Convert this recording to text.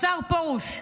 השר פרוש,